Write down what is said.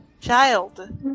Child